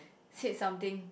said something